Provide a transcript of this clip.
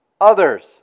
others